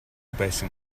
байсан